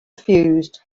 suffused